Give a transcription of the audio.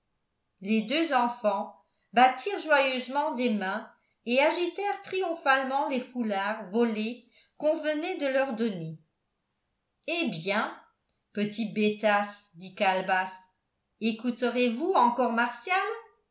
les deux enfants battirent joyeusement des mains et agitèrent triomphalement les foulards volés qu'on venait de leur donner eh bien petits bêtas dit calebasse écouterez vous encore martial